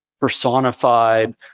personified